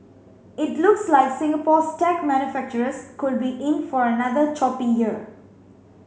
it looks like Singapore's tech manufacturers could be in for another choppy year